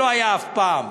שלא הייתה אף פעם.